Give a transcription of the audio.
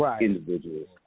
individuals